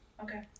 Okay